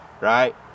Right